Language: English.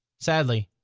sadly,